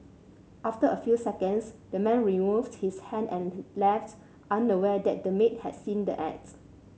after a few seconds the man removed his hand and left unaware that the maid had seen the acts